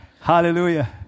Hallelujah